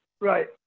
right